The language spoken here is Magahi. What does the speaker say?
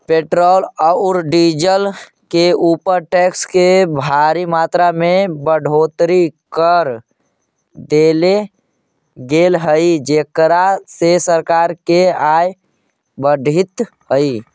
पेट्रोल औउर डीजल के ऊपर टैक्स के भारी मात्रा में बढ़ोतरी कर देले गेल हई जेकरा से सरकार के आय बढ़ीतऽ हई